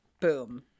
boom